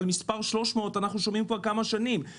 אבל את המספר 300 אנחנו שומעים כבר כמה שנים,